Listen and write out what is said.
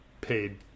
paid